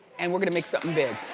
and we're gonna make something big.